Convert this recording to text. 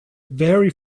very